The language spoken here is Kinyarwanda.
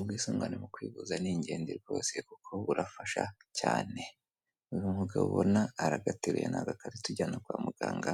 Ubwisungane mu kwivuza ni ingenzi rwose kuko burafasha cyane, uyu mugabo ubona aragateruye ni agakarito ujyana kwa muganga,